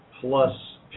plus